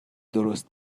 درست